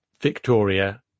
Victoria